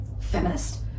feminist